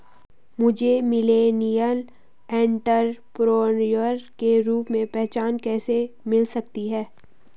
मुझे millennial entrepreneur के रूप में पहचान कैसे मिल सकती है?